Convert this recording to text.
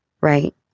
right